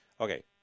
Okay